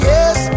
Yes